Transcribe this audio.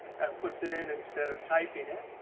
that puts it in instead of typing it.